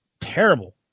terrible